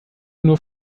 nur